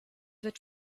wird